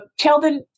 Cheldon